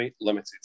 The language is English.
Limited